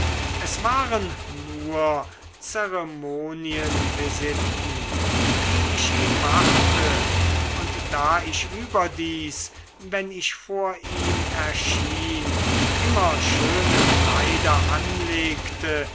es waren nur zeremonienvisiten die ich ihm machte und da ich überdies wenn ich vor ihm erschien immer schöne kleider anlegte